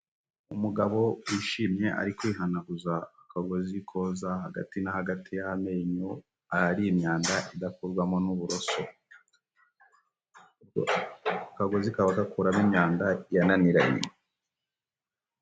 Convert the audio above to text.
Umugabo wishimye ari kwihanaguza akagozi koza hagati na hagati h'amenyo, ahari imyanda idakurwamo n'uburoso, akagozi kakaba gakuramo imyanda yananiranye.